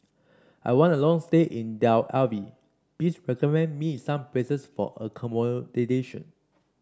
I want a long stay in Tel Aviv please recommend me some places for